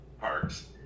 parks